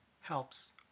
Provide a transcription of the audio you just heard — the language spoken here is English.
helps